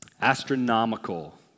Astronomical